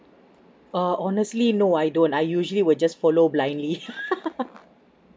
uh honestly no I don't I usually will just follow blindly